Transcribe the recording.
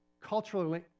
culturally